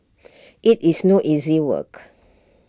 IT is no easy work